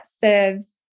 serves